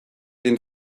den